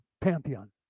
pantheon